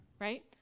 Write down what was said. right